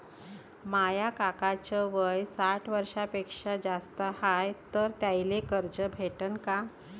माया काकाच वय साठ वर्षांपेक्षा जास्त हाय तर त्याइले कर्ज भेटन का?